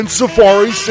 Safari